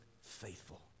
faithful